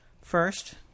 First